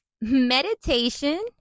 meditation